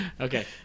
Okay